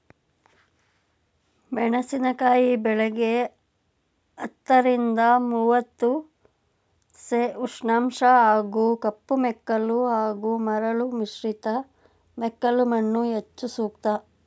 ಮೆಣಸಿನಕಾಯಿ ಬೆಳೆಗೆ ಹತ್ತರಿಂದ ಮೂವತ್ತು ಸೆ ಉಷ್ಣಾಂಶ ಹಾಗೂ ಕಪ್ಪುಮೆಕ್ಕಲು ಹಾಗೂ ಮರಳು ಮಿಶ್ರಿತ ಮೆಕ್ಕಲುಮಣ್ಣು ಹೆಚ್ಚು ಸೂಕ್ತ